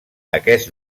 aquest